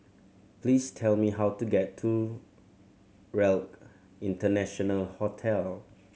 please tell me how to get to RELC International Hotel